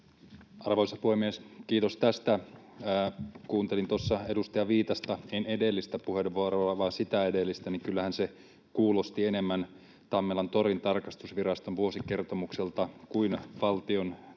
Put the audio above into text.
Arvoisa puhemies! Kiitos tästä. Kuuntelin tuossa edustaja Viitasta, en edellistä puheenvuoroa vaan sitä edellistä, ja kyllähän se kuulosti enemmän Tammelantorin tarkastusviraston vuosikertomukselta kuin Valtiontalouden